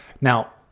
Now